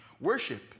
worship